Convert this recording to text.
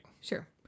Sure